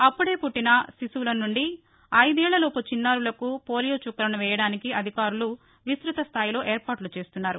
అప్పుదే పుట్టిన శిశువుల నుండి ఐదేళ్లలోపు చిన్నారులకు పోలియో చుక్కలను వేయడానికి అధికారులు విస్తృత స్థాయిలో ఏర్పాట్ల చేస్తున్నారు